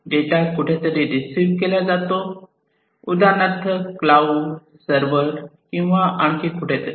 data कुठे तरी receive केला जातो उदाहरणार्थ क्लाऊड सर्वर किंवा आणखी कुठे तरी